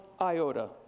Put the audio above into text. iota